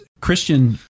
Christian